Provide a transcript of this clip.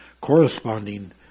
corresponding